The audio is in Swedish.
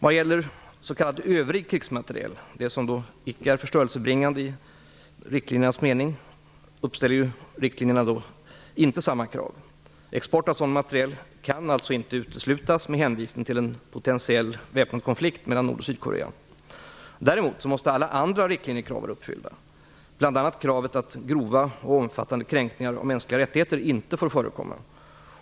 Vad gäller s.k. övrig krigsmateriel, sådant som icke är förstörelsebringande i riktlinjernas mening, uppställer riktlinjerna inte samma krav. Export av sådan materiel kan således inte uteslutas med hänvisning till en potentiell väpnad konflikt mellan Nordoch Sydkorea. Däremot måste alla andra riktlinjekrav vara uppfyllda. Bl.a. kravet att grova och omfattande kränkningar av mänskliga rättigheter inte får förekomma.